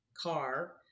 car